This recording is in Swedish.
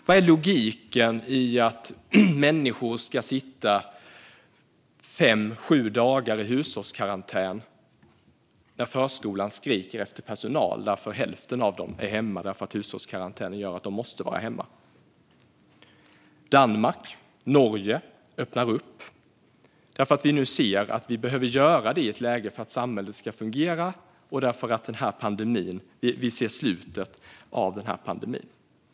Vad är logiken i att människor ska sitta i hushållskarantän i fem till sju dagar när förskolan skriker efter personal eftersom hälften av personalen är hemma? Hushållskarantänen gör att de måste vara hemma. Danmark och Norge öppnar upp. Vi ser nu att vi behöver göra detta för att samhället ska fungera och för att vi ser slutet av pandemin.